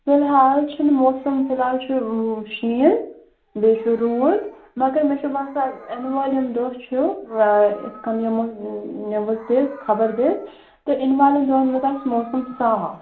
فِلحال چھِنہٕ موسَم فِلحال چھُ شیٖن بیٚیہِ چھُ روٗد مگر مےٚ چھُ باسان یِنہٕ والٮ۪ن دۄہ چھُ یِتھٕ کٔنۍ یِمَن نِیوِز دِژ خبر دِژ تہٕ یِنہٕ والٮ۪ن دۄہَن منٛز آسہِ موسَم صاف